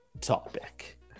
topic